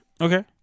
Okay